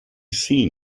seen